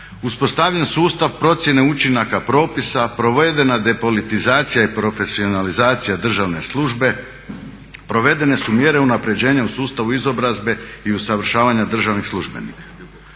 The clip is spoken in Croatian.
uspostavljen sustav procjene učinaka propisa, provedena depolitizacija i profesionalizacija državne službe, provedene su mjere unapređenja u sustavu izobrazbe i usavršavanja državnih službenika.